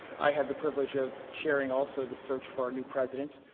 i had the privilege of sharing also the search for our new president,